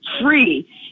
free